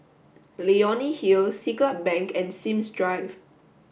Leonie Hill Siglap Bank and Sims Drive